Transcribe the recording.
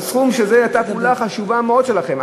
הסכום הוא פעולה חשובה מאוד שלכם,